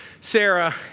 Sarah